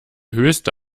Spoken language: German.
höchste